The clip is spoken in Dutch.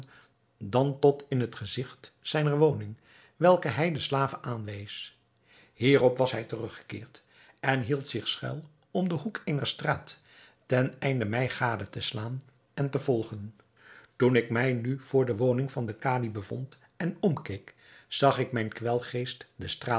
dan tot in het gezigt zijner woning welke hij den slaven aanwees hierop was hij teruggekeerd en hield zich schuil om den hoek eener straat ten einde mij gade te slaan en te volgen toen ik mij nu voor de woning van den kadi bevond en omkeek zag ik mijn kwelgeest de straat